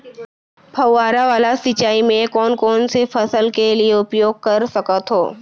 फवारा वाला सिंचाई मैं कोन कोन से फसल के लिए उपयोग कर सकथो?